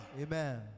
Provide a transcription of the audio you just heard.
amen